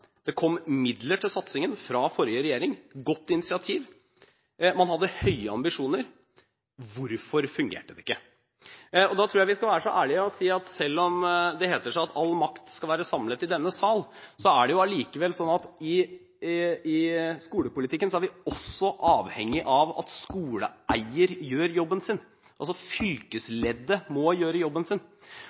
Det kom midler til satsingen fra forrige regjering – et godt initiativ. Man hadde høye ambisjoner. Hvorfor fungerte det ikke? Jeg tror vi skal være så ærlige å si at selv om det heter seg at all makt skal være samlet i denne sal, er det allikevel slik at i skolepolitikken er vi også avhengige av at skoleeier gjør jobben sin – fylkesleddet må gjøre jobben sin.